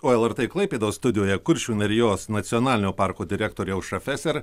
o lrt klaipėdos studijoje kuršių nerijos nacionalinio parko direktorė aušra feser